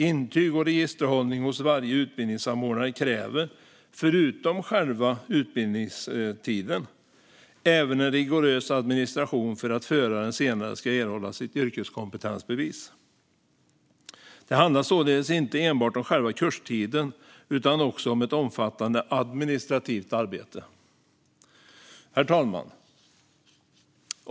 Intyg och registerhållning hos varje utbildningssamordnare kräver, förutom själva utbildningstiden, en rigorös administration för att föraren senare ska erhålla sitt yrkeskompetensbevis. Det handlar således inte enbart om själva kurstiden utan också om ett omfattande administrativt arbete. Herr talman!